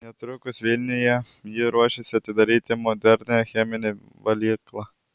netrukus vilniuje ji ruošiasi atidaryti modernią cheminę valyklą